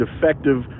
defective